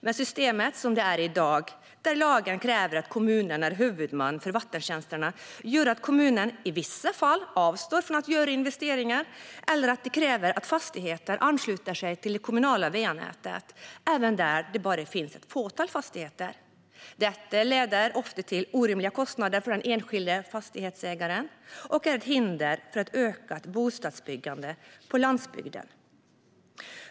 Men systemet som det är i dag, där lagen kräver att kommunen är huvudman för vattentjänsterna, gör att kommunen i vissa fall avstår från att göra investeringar. I andra fall kräver kommunen att fastigheter ansluter sig till det kommunala va-nätet även där det bara finns ett fåtal fastigheter. Detta leder ofta till orimliga kostnader för den enskilda fastighetsägaren och är ett hinder för ett ökat bostadsbyggande på landsbygden.